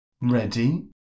Ready